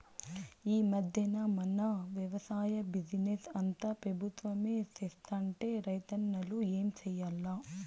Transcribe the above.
ఈ మధ్దెన మన వెవసాయ బిజినెస్ అంతా పెబుత్వమే సేత్తంటే రైతన్నలు ఏం చేయాల్ల